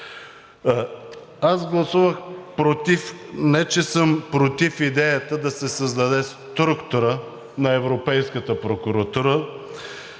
Аз гласувах против. Не че съм против идеята да се създаде структура на Европейската прокуратура,